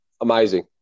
amazing